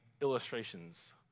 illustrations